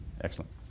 Excellent